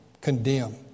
condemn